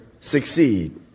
succeed